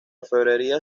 orfebrería